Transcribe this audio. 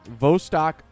Vostok